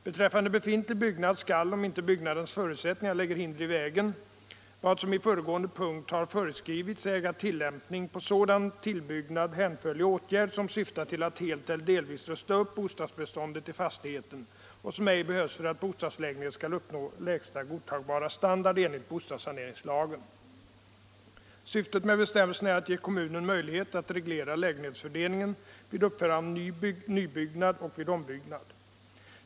Beträffande befintlig byggnad skall, om inte byggnadens förutsättningar lägger hinder i vägen, vad som i föregående punkt har föreskrivits äga tillämpning på sådan till nybyggnad hänförlig åtgärd som syftar till att helt eller delvis rusta upp bostadsbeståndet i fastigheten och som ej behövs för att bostadslägenhet skall uppnå lägsta godtagbara standard enligt bostadssaneringslagen.” Syftet med bestämmelsen är att ge kommunen möjlighet att reglera lägenhetsfördelningen vid uppförande av ny byggnad och vid ombyggnad.